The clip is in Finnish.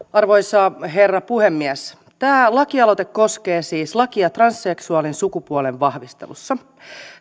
arvoisa herra puhemies tämä lakialoite koskee siis lakia transseksuaalin sukupuolen vahvistamisesta